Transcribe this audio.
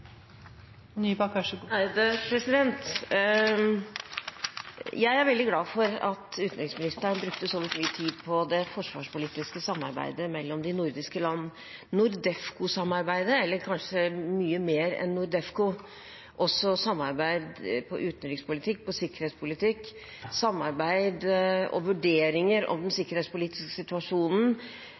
at utenriksministeren brukte så vidt mye tid på det forsvarspolitiske samarbeidet mellom de nordiske land – NORDEFCO-samarbeidet – eller kanskje mer enn NORDEFCO også samarbeid om utenrikspolitikk, om sikkerhetspolitikk, samarbeid og vurderinger rundt den sikkerhetspolitiske situasjonen,